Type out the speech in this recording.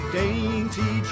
dainty